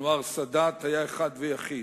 אנואר סאדאת היה אחד ויחיד.